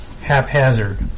haphazard